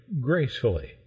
gracefully